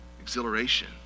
exhilaration